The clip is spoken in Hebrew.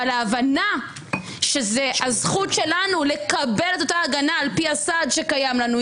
אבל ההבנה שזאת הזכות שלנו לקבל את אותה הגנה על פי הסעד שקיים לנו,